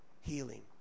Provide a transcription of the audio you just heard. healing